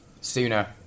Sooner